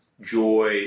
joy